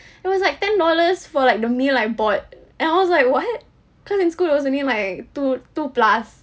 it was like ten dollars for like the meal I bought and I was like what cause in school it was only like two two plus